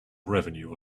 revenue